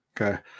Okay